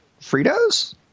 Fritos